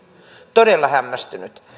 todella hämmästynyt